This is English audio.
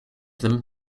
them